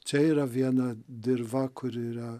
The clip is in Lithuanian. čia yra viena dirva kuri yra